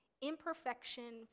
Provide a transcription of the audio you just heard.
imperfection